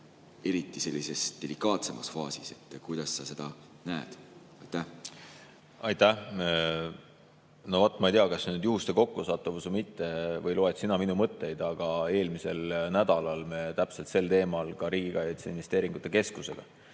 eriti sellises delikaatsemas faasis. Kuidas sa seda näed? Aitäh! No vot, ma ei tea, kas see on nüüd juhuste kokkusattumus või loed sina minu mõtteid, aga eelmisel nädalal me täpselt sel teemal ka Riigi Kaitseinvesteeringute Keskusega